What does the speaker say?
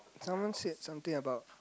someone said something about